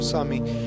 Sami